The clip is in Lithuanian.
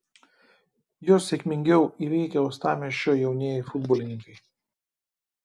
juos sėkmingiau įveikė uostamiesčio jaunieji futbolininkai